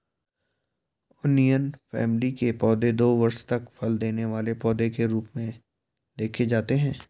onion family के पौधे दो वर्ष तक फल देने वाले पौधे के रूप में देखे जाते हैं